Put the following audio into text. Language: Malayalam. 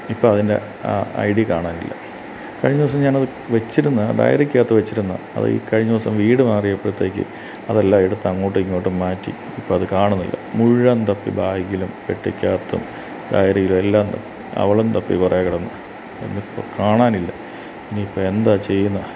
ഇപ്പം അതിന്റെ ആ ഐ ഡി കാണാനില്ല കഴിഞ്ഞ ദിവസം ഞാനതു വെച്ചിരുന്നതാണ് ഡയറിക്കകത്തു വെച്ചിരുന്നതാണ് അതീക്കഴിഞ്ഞ ദിവസം വീട് മാറിയപ്പോഴത്തേക്ക് അതെല്ലാമെടുത്തങ്ങോട്ടുമിങ്ങോട്ടും മാറ്റി ഇപ്പത് കാണുന്നില്ല മുഴുവൻ തപ്പി ബായ്ഗിലും പെട്ടിക്കകത്തും ഡയറിയിലുമെല്ലാം തപ്പി അവളും തപ്പികുറേക്കിടന്ന് എന്നിട്ടും കാണാനില്ല ഇനി ഇപ്പം എന്താ ചെയ്യുന്നത്